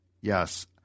Yes